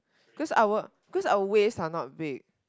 cause our cause our waves are not big